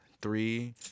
three